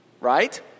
Right